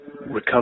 recover